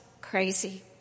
crazy